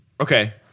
Okay